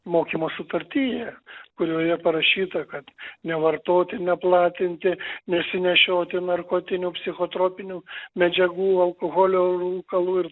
mokymo sutartyje kurioje parašyta kad nevartoti neplatinti nesinešioti narkotinių psichotropinių medžiagų alkoholio rūkalų ir